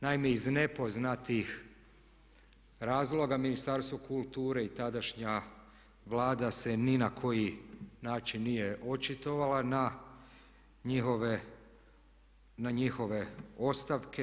Naime, iz nepoznatih razloga Ministarstvo kulture i tadašnja Vlada se ni na koji način nije očitovala na njihove ostavke.